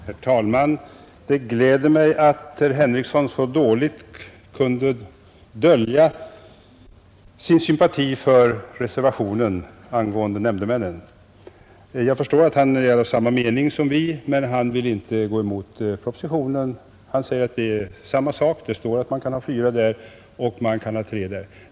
Herr talman! Det gläder mig att herr Henrikson så dåligt kunde dölja sin sympati för reservationen angående antalet nämndemän. Jag förstår att han är av samma mening som vi, men han vill inte gå emot propositionen. Han säger att det blir samma resultat — det står att man kan ha tre eller fyra nämndemän.